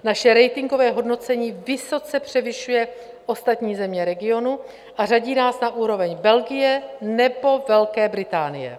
Naše ratingové hodnocení vysoce převyšuje ostatní země regionu a řadí nás na úroveň Belgie nebo Velké Británie.